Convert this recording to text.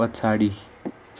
पछाडि